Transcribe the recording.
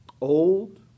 Old